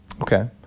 okay